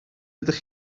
ydych